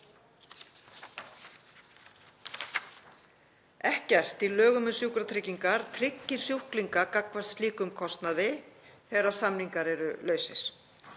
Ekkert í lögum um sjúkratryggingar tryggir sjúklinga gagnvart slíkum kostnaði þegar samningar eru lausir.